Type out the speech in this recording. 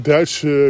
Duitse